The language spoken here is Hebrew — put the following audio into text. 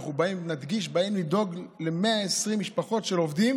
אנחנו, נדגיש, באים לדאוג ל-120 משפחות של עובדים